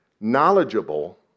knowledgeable